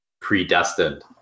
predestined